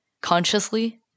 consciously